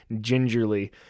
gingerly